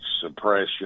suppression